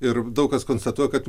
ir daug kas konstatuoja kad